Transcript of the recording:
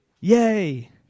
Yay